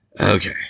Okay